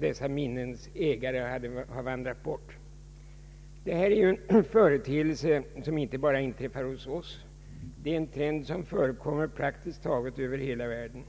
dessa minnens ägare har vandrat bort. Detta är en företeelse som inte bara inträffar hos oss, det är en trend som förekommer praktiskt taget över hela världen.